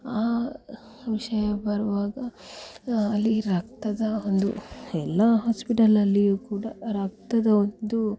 ಆ ವಿಷಯ ಬರುವಾಗ ಅಲ್ಲಿ ರಕ್ತದ ಒಂದು ಎಲ್ಲ ಹಾಸ್ಪಿಟಲಲ್ಲಿಯೂ ಕೂಡ ರಕ್ತದ ಒಂದು